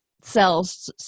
cells